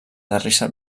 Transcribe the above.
terrissa